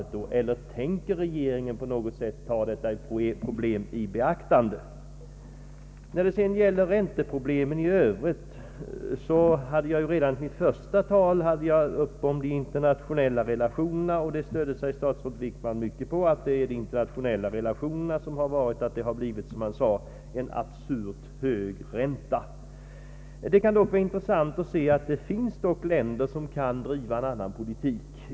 Tänker regeringen över huvud taget ta detta problem i beaktande? Beträffande ränteproblemet i övrigt vill jag säga att jag redan i mitt första anförande tog upp de internationella relationerna. Statsrådet Wickman stödde sig på att det är de internationella relationerna som har orsakat, som han sade, ”en absurt hög ränta”. Det kan dock vara intressant att se att det finns länder som kan driva en annan politik.